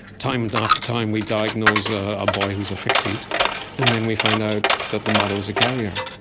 time and after time we diagnose a boy who is affected and then we find out that the mother was a carrier.